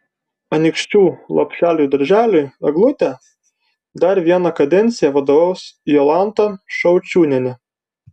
anykščių lopšeliui darželiui eglutė dar vieną kadenciją vadovaus jolanta šaučiūnienė